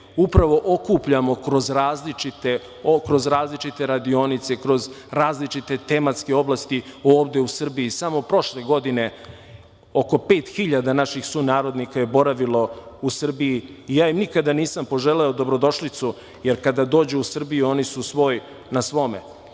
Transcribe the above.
upravo okupljamo kroz različite radionice, kroz različite tematske oblasti ovde u Srbiji. Samo prošle godine oko pet hiljada naših sunarodnika je boravilo u Srbiji i ja im nikada nisam poželeo dobrodošlicu, jer kada dođu u Srbiju, oni su svoj na svome.